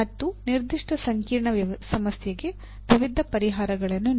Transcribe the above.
ಮತ್ತು ನಿರ್ದಿಷ್ಟ ಸಂಕೀರ್ಣ ಸಮಸ್ಯೆಗೆ ವಿವಿಧ ಪರಿಹಾರಗಳನ್ನು ನೀಡಿ